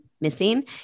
missing